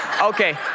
Okay